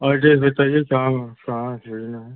address बताइए कहाँ कहाँ भेजना है